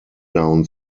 down